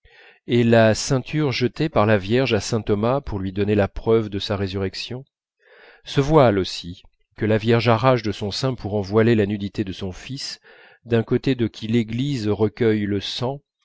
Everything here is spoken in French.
et la ceinture jetée par la vierge à saint thomas pour lui donner la preuve de sa résurrection ce voile aussi que la vierge arrache de son sein pour en voiler la nudité de son fils d'un côté de qui l'église recueille le sang